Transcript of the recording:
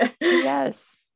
Yes